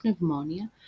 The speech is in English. pneumonia